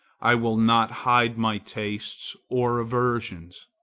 i will not hide my tastes or aversions.